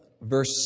verse